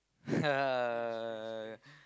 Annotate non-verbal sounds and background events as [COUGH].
[LAUGHS]